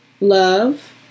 love